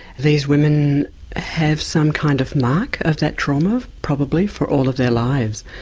these women have some kind of mark of that trauma probably for all of their lives,